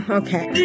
okay